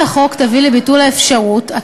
התשע"ו 2016. תציג את ההצעה שרת המשפטים חברת הכנסת איילת